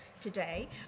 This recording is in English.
today